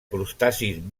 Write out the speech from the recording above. crustacis